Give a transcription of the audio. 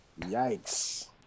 Yikes